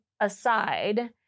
aside